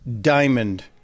Diamond